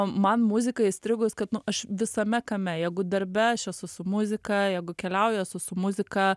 man muzika įstrigus kad nu aš visame kame jeigu darbe aš esu su muzika jeigu keliauja esu su muzika